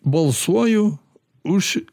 balsuoju už